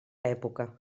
època